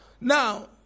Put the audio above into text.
Now